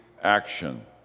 action